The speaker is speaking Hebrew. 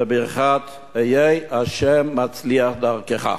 בברכת, היה השם מצליח דרכך.